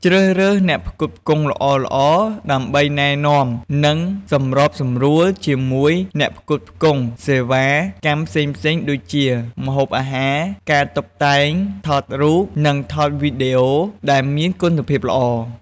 ជ្រើសរើសអ្នកផ្គត់ផ្គង់ល្អៗ ដើម្បីណែនាំ និងសម្របសម្រួលជាមួយអ្នកផ្គត់ផ្គង់សេវាកម្មផ្សេងៗដូចជា ម្ហូបអាហារ ការតុបតែង ថតរូប និងថតវីដេអូ ដែលមានគុណភាពល្អ។